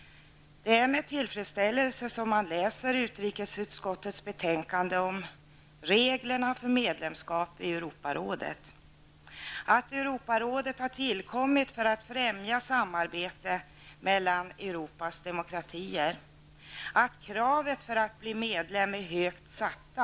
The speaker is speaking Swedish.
Det är med tillfredsställelse som man läser utrikesutskottets betänkande om reglerna för medlemskap i Europarådet. Där står att Europarådet har tillkommit för att främja samarbetet mellan Europas demokratier, att kraven för att kunna bli medlem är högt satta.